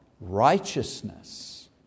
righteousness